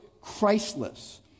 Christless